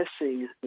missing